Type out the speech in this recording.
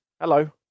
hello